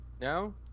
No